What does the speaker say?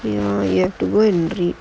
ya you have to go and read